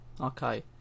Okay